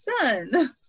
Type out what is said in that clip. son